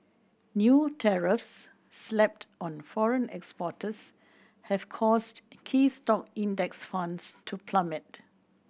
new tariffs slapped on foreign exporters have caused key stock Index Funds to plummet